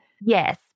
Yes